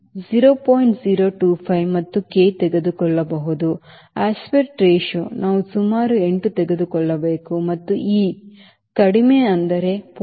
aspect ratio ನಾವು ಸುಮಾರು 8 ತೆಗೆದುಕೊಳ್ಳಬಹುದು ಮತ್ತು e ನೀವು ಕಡಿಮೆ 0